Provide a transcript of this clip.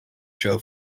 show